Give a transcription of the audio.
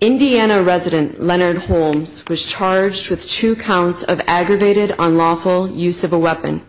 indiana resident leonard holmes was charged with two counts of aggravated unlawful use of a weapon